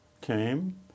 came